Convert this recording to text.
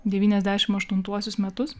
devyniasdešimt aštuntuosius metus